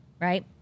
right